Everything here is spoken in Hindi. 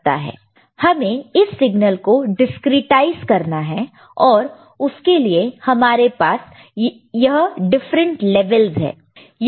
हमें इस सिग्नल को डिस्क्रेटाइज करना है और उसके लिए हमारे पास यह डिफरेंट लेवल्स है